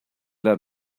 let